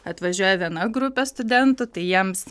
atvažiuoja viena grupė studentų tai jiems